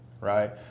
Right